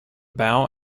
bow